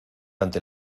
ante